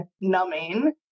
numbing